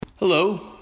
Hello